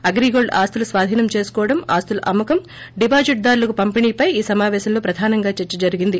అగ్రిగోల్డ్ ఆస్తుల స్వాధీనం చేసుకోవడం ఆస్తుల అమ్మ కం డిపాజిట్దారులకు పంపిణీపై ఈ సమాపేశంలో ప్రధానంగా చర్స జరిగింది